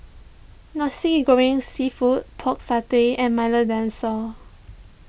Nasi Goreng Seafood Pork Satay and Milo Dinosaur